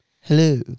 Hello